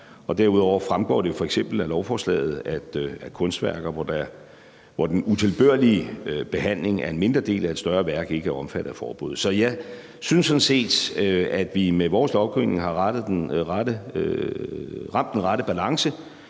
derudover fremgår det f.eks. af lovforslaget, at kunstværker, hvor den utilbørlige behandling er en mindre del af et større værk, ikke er omfattet af forbuddet. Så jeg synes sådan set, at vi med vores lovgivning har ramt den rette balance,